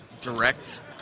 direct